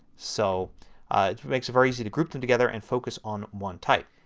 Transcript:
so it makes it very easy to group them together and focus on one type.